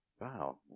Wow